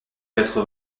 quatre